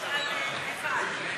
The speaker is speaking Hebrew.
סעיף תקציבי 09,